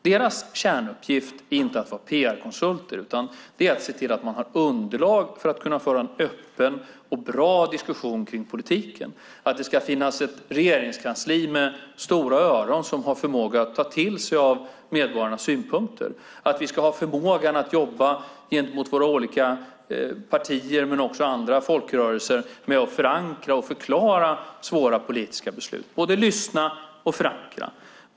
Deras kärnuppgift är inte att vara PR-konsulter, utan det är att se till att man har underlag för att kunna föra en öppen och bra diskussion kring politiken, att det ska finnas ett regeringskansli med stora öron som har förmåga att ta till sig av medborgarnas synpunkter och att vi ska ha förmåga att jobba gentemot våra olika partier men också andra folkrörelser med att förankra och förklara svåra politiska beslut - både lyssna och förankra.